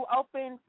open